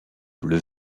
bleu